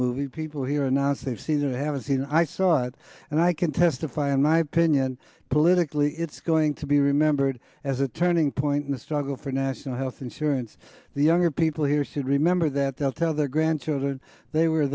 movie people here now say see that i haven't seen i saw it and i can testify and i pinioned politically it's going to be remembered as a turning point in the struggle for national health insurance the younger people here said remember that they'll tell their grandchildren they were